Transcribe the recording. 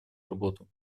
работу